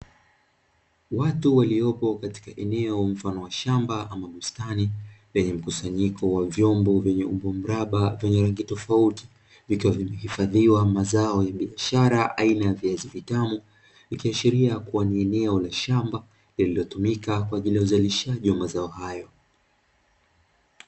Watu waliopo katika eneo mfano wa shamba ama bustani lenye mkusanyiko wa vyombo vyenye umbo mraba vyenye rangi tofauti vikiwa vimehifadhiwa mazao ya biashara aina ya viazi vitamu, ikishiria kuwa ni eneo la shamba na linatumika kwa ajili ya uzalishaji wa mazao hayo.